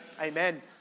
Amen